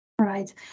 Right